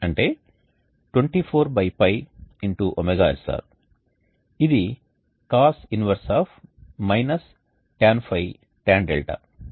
అంటే 24π ωsr ఇది cos 1 tan ϕ tan δ